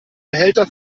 behälter